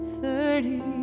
thirty